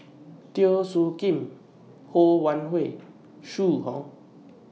Teo Soon Kim Ho Wan Hui Zhu Hong